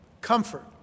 comfort